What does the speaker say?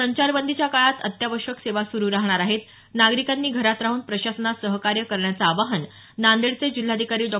संचारबंदीच्या काळात अत्यावश्यक सेवा सुरू राहणार आहेत नागरिकांनी घरात राहून प्रशासनास सहकार्य करण्याचं आवाहन नांदेडचे जिल्हाधिकारी डॉ